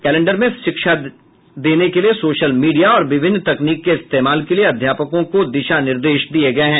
calendar में शिक्षा देने के लिए सोशल मीडिया और विभिन्न तकनीक के इस्तेमाल के लिए अध्यापकों को दिशा निर्देश दिए गए हैं